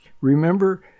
Remember